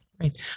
right